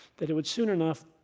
that it would soon enough,